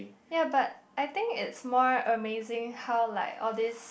ya but I think it's more amazing how like all these